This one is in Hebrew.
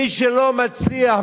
מי שלא מצליח,